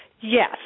Yes